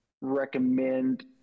recommend